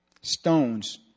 stones